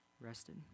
rested